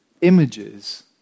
images